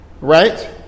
Right